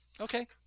Okay